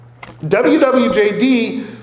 WWJD